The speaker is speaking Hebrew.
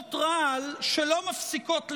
מכונות רעל שלא מפסיקות לרגע.